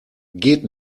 geht